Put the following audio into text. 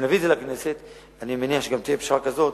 כשנביא את זה לכנסת אני מניח שתהיה גם פשרה כזאת